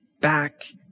back